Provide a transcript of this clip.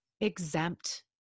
exempt